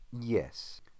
Yes